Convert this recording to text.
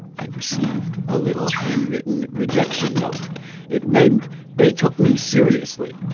i received a little handwritten rejection note it meant they took me seriously